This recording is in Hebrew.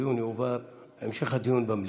הנושא הועבר להמשך הדיון במליאה.